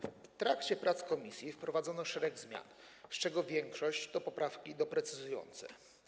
W trakcie prac komisji wprowadzono szereg zmian, z czego większość to poprawki doprecyzowujące.